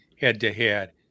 head-to-head